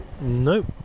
nope